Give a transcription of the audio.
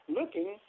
looking